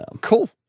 Cool